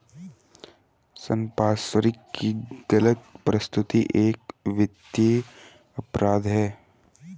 संपार्श्विक की गलत प्रस्तुति एक वित्तीय अपराध है